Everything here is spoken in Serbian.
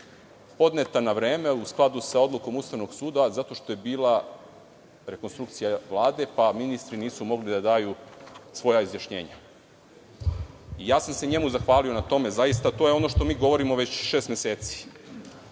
podneta na vreme, u skladu sa odlukom Ustavnog suda, zato što je bila rekonstrukcija Vlade, pa ministri nisu mogli da daju svoja izjašnjenja. Ja sam se njemu zahvalio na tome zaista. To je ono što mi govorimo već šest meseci. Potpuno